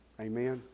Amen